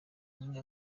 umwe